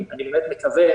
אני באמת מקווה